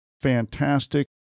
fantastic